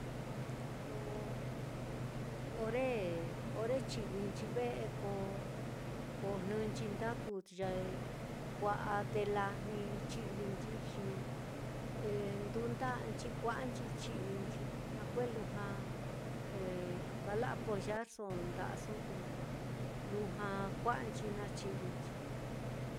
Ko ore ore chi'vinchi ve'e, ko ko jnɨnchi ndaku ye kua'a te lajni chi'vi nchixi eh nduu nda'anchi kua'anchi chi'vi nchi, na kue'e lujua eh kala apoyarso nda'aso, te lujua kua'anchi na chi'vinchi.